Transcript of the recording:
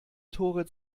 tore